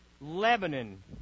Lebanon